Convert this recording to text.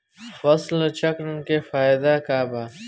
फसल चक्रण के फायदा का बा?